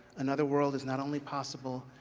another world is not only possible,